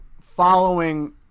following